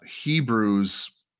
Hebrews